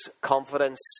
confidence